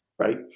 right